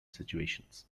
situations